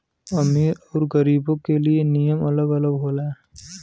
अमीर अउर गरीबो के लिए नियम अलग होला